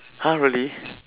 !huh! really